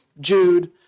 Jude